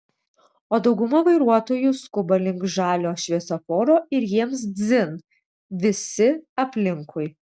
o dauguma vairuotojų skuba link žalio šviesoforo ir jiems dzin visi aplinkui